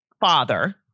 father